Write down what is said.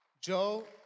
Joe